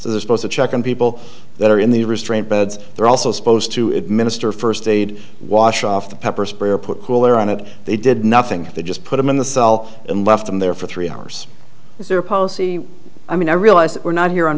they're supposed to check on people that are in the restraint beds they're also supposed to administer first aid wash off the pepper spray or put cooler on it they did nothing they just put them in the cell and left them there for three hours is there a policy i mean i realize that we're not here on